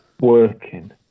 working